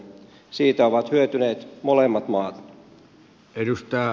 siitä ovat hyötyneet molemmat maat